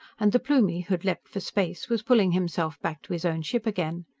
and the plumie who'd leaped for space was pulling himself back to his own ship again.